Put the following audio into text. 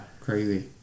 crazy